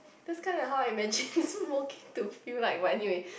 that's kind of how I imagine smoking to feel like but anyway